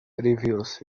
reveals